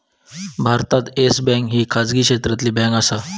भारतात Yes Bank ही खाजगी क्षेत्रातली बँक आसा